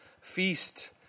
feast